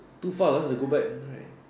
too far lah to go back right